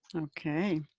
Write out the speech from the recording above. okay,